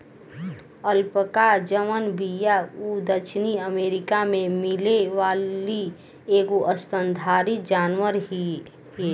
alpaca जवन बिया उ दक्षिणी अमेरिका में मिले वाली एगो स्तनधारी जानवर हिय